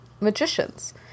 magicians